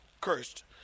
cursed